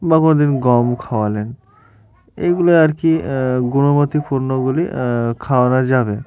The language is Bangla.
বা কোনো দিন গম খাওয়ালেন এইগুলো আর কি গুণমতিপূর্ণগুলি খাওয়ানো যাবে